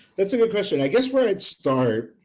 that's a good question. i guess where it started,